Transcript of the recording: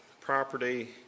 property